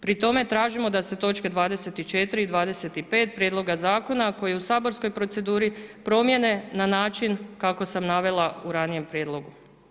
Pri tome tražimo da se točke 24. i 25. prijedloga zakona koji su u saborskoj proceduri, promijene na način kako sam navela u ranijem prijedlogu.